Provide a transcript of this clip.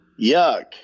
Yuck